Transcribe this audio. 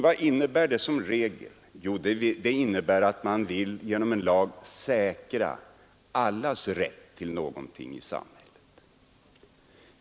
Vad innebär lagstiftning som regel? Jo, det innebär att man vill genom en lag säkra allas rätt till någonting i samhället.